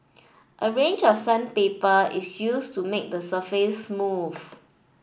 a range of sandpaper is used to make the surface smooth